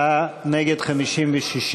בעד, 44, נגד, 56,